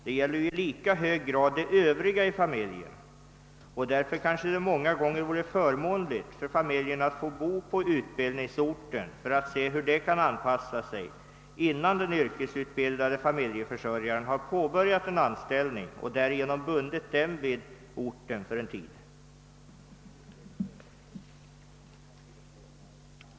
Det gäller i lika hög grad övriga i familjen, och därför kanske det många gånger vore förmånligt för familjen att få bo på utbildningsorten för att se hur den kan anpassa sig, innan den yrkesutbildade familjeförsörjaren har påbörjat en anställning och därigenom bundit familjen vid orten för en tid.